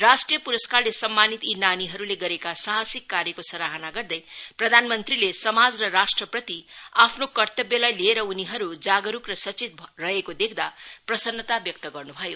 राष्ट्रीय पुरस्कारले सम्मानित यी नानीहरूले गरेका साहसिक कार्यको सराहना गर्दै प्रधानमन्त्रीले समाज र राष्ट्रप्रति आफ्नो कर्तव्यलाई लिएर उनीहरू जागरूक र सचेत रहेको देख्दा प्रसन्नता व्यक्त गर्नु भयो